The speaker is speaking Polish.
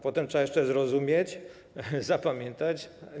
Potem trzeba to jeszcze zrozumieć, zapamiętać.